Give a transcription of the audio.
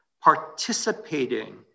participating